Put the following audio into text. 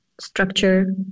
structure